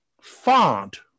font